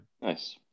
Nice